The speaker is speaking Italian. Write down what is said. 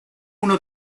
uno